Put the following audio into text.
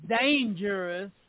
dangerous